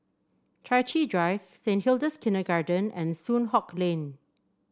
Chai Chee Drive Saint Hilda's Kindergarten and Soon Hock Lane